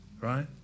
right